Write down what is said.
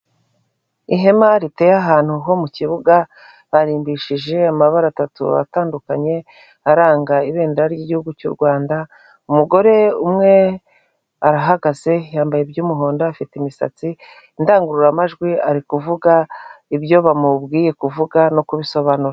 IHema riteye ahantu ho mu kibuga barimbishije amabara atatu atandukanye aranga ibendera ry'igihugu cy'u Rwanda umugore umwe arahagaze yambaye iby'umuhondo afite imisatsi indangururamajwi ari kuvuga ibyo bamubwiye kuvuga no kubisobanura.